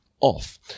off